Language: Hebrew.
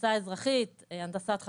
הנדסה אזרחית, הנדסת חשמל.